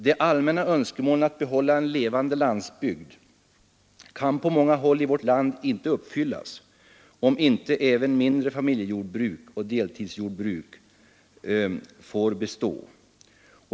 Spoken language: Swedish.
De allmänna önskemålen att behålla en levande landsbygd kan på många håll i vårt land inte uppfyllas, om inte även mindre familjejordbruk och deltidsjordbruk får bestå.